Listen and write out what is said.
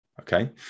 okay